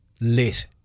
lit